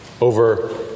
over